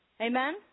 Amen